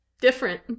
different